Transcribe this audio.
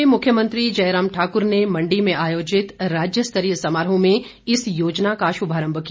प्रदेश में मुख्यमंत्री जयराम ठाकुर ने मंडी में आयोजित राज्य स्तरीय समारोह में इस योजना का शुभारंभ किया